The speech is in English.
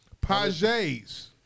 Pages